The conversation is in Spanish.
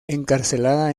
encarcelada